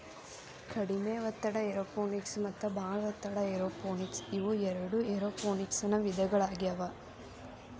ಕಡಿಮೆ ಒತ್ತಡ ಏರೋಪೋನಿಕ್ಸ ಮತ್ತ ಬಾಳ ಒತ್ತಡ ಏರೋಪೋನಿಕ್ಸ ಇವು ಎರಡು ಏರೋಪೋನಿಕ್ಸನ ವಿಧಗಳಾಗ್ಯವು